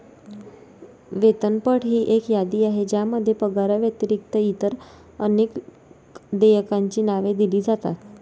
वेतनपट ही एक यादी आहे ज्यामध्ये पगाराव्यतिरिक्त इतर अनेक देयकांची नावे दिली जातात